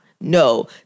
no